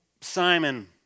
Simon